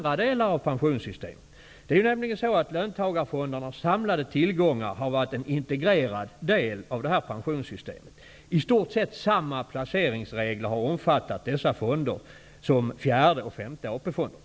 Löntagarfondernas samlade tillgångar har nämligen varit en integrerad del av det här pensionssystemet. I stort sett samma placeringsregler har omfattat dessa fonder som fjärde och femte AP-fonderna.